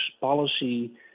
policy